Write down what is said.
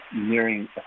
nearing